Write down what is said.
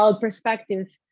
perspectives